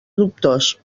dubtós